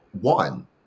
one